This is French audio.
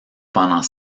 pendant